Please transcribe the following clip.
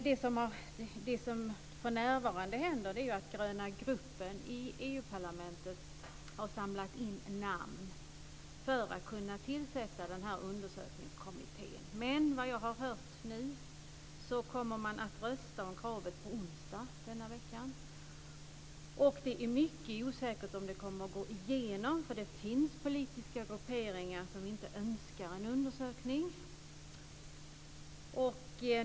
Det som för närvarande händer är att den gröna gruppen i Europaparlamentet har samlat in namn för att kunna tillsätta denna undersökningskommitté. Men vad jag har hört nu så kommer man att rösta om kravet på onsdag i denna vecka, och det är mycket osäkert om det kommer att gå igenom, eftersom det finns politiska grupperingar som inte önskar en undersökning.